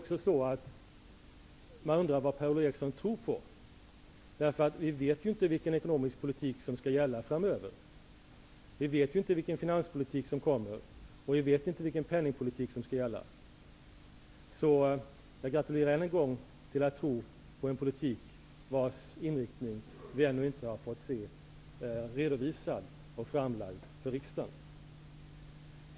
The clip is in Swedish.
Jag undrar vad Per-Ola Eriksson tror på, eftersom vi inte vet vilken ekonomisk politik som skall gälla framöver. Vi vet inte vilken finanspolitik och vilken penningpolitik som skall gälla. Jag gratulerar ännu en gång till tron på en politik vars inriktning vi ännu inte har fått redovisad och framlagd för riksdagen.